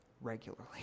regularly